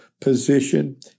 position